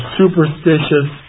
superstitious